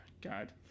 God